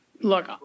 Look